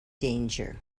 danger